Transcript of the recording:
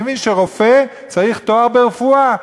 אני מבין שרופא צריך תואר ברפואה,